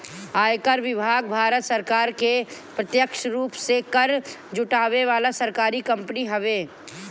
आयकर विभाग भारत सरकार के प्रत्यक्ष रूप से कर जुटावे वाला सरकारी कंपनी हवे